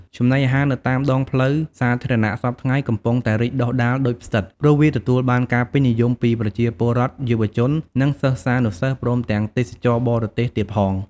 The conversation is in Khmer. ចំណីអាហារនៅតាមដងផ្លូវសាធារណៈសព្វថ្ងៃ កំពុងតែរីកដុះដាលដូចផ្សិត ព្រោះវាទទួលបានការពេញនិយមពីប្រជាពលរដ្ឋ យុវជន និងសិស្សានុសិស្ស ព្រមទាំងទេសចរបរទេសទៀតផង។